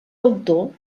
autor